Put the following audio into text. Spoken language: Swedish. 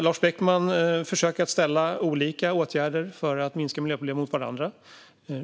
Lars Beckman försöker ställa olika åtgärder för att minska miljöproblemen mot varandra.